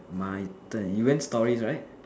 my turn you went stories right